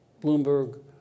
Bloomberg